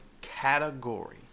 category